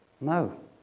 No